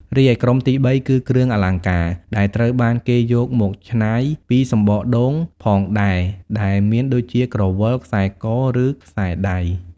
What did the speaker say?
រីឯក្រុមទីបីគឺ គ្រឿងអលង្ការ ដែលត្រូវបានគេយកមកច្នៃពីសំបកដូងផងដែរ ដែលមានដូចជា ក្រវិល ខ្សែក ឬខ្សែដៃ។